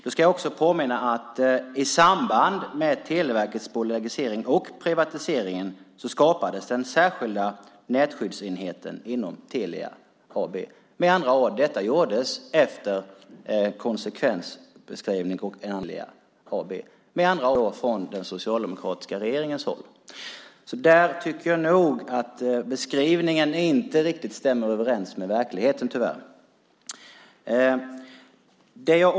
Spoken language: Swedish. Då ska jag påminna om att i samband med Televerkets bolagisering och privatiseringen skapades den särskilda nätskyddsenheten inom Telia AB. Detta gjordes efter en konsekvensbeskrivning och en analys av den socialdemokratiska regeringen. Jag tycker alltså inte att beskrivningen riktigt stämmer överens med verkligheten, tyvärr.